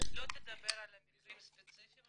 לא תדבר על מקרים ספציפיים,